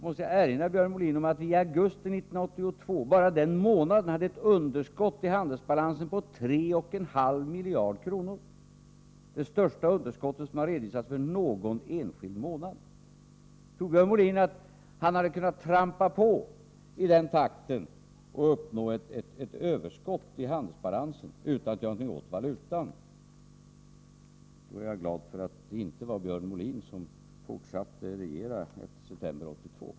Måste jag erinra Björn Molin om att i augusti 1982 hade vi på en månad ett underskott i handelsbalansen av 3,5 miljarder kronor — det största underskott som redovisats för någon enskild månad? Tror Björn Molin att han hade kunnat trampa på i den takten och uppnå ett överskott i handelsbalansen utan att göra någonting åt valutan? Jag är glad att det inte var Björn Molin som fortsatte att regera efter 1982.